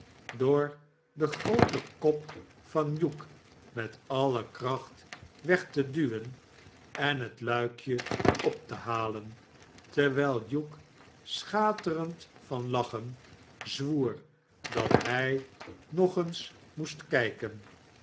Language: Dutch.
door den grooten kop van hugh met alle kracht weg te duwen en het luikje op te halen terwijl hugh schaterend van lachen zwoer dat hij nog eens moest